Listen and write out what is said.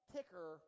Ticker